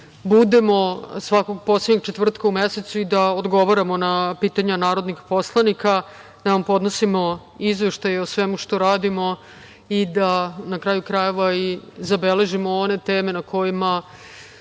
budemo svakog poslednjeg četvrta u mesecu i da odgovaramo na pitanja narodnih poslanika, da vam podnosimo izveštaje o svemu što radimo i da, na kraju krajeva, zabeležimo one teme na kojima